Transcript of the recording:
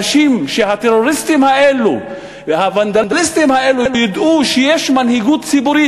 שהטרוריסטים האלה והוונדליסטים האלה ידעו שיש מנהיגות ציבורית,